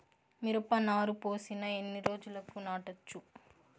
మిరప నారు పోసిన ఎన్ని రోజులకు నాటచ్చు?